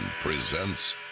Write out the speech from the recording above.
presents